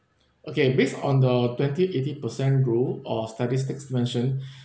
okay based on the twenty eighty percent rule or statistics mention